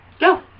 Go